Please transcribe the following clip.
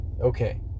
Okay